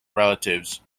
relatives